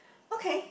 okay